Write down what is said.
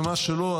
ומה שלא,